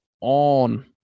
on